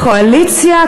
הקואליציה,